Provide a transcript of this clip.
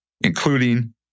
including